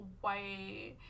white